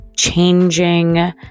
changing